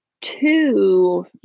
two